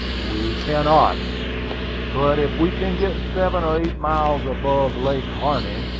we cannot but if we can get seven or eight miles above lake harney,